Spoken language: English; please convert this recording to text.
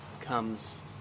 comes